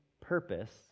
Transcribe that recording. purpose